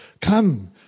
Come